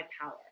power